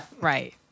Right